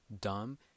dumb